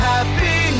Happy